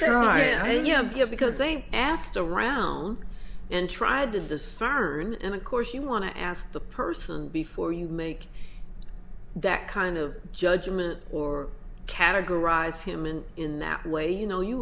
give because they asked around and tried to discern and of course you want to ask the person before you make that kind of judgement or categorize him and in that way you know you